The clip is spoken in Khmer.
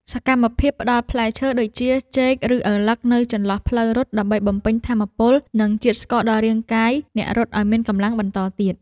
សកម្មភាពផ្ដល់ផ្លែឈើដូចជាចេក ឬឪឡឹកនៅចន្លោះផ្លូវរត់ ដើម្បីបំពេញថាមពល និងជាតិស្ករដល់រាងកាយអ្នករត់ឱ្យមានកម្លាំងបន្តទៀត។